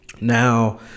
now